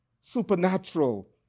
supernatural